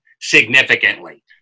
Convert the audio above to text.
significantly